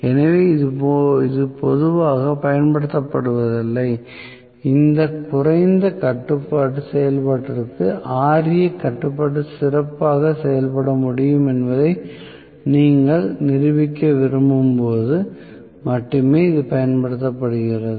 எனவே இது பொதுவாகப் பயன்படுத்தப்படுவதில்லை இந்த குறைந்த கட்டுப்பாட்டு செயல்பாட்டிற்கு Ra கட்டுப்பாடு சிறப்பாக செயல்பட முடியும் என்பதை நீங்கள் நிரூபிக்க விரும்பும் போது மட்டுமே இது பயன்படுத்தப்படுகிறது